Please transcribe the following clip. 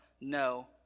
no